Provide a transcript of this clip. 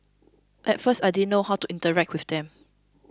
at first I didn't know how to interact with them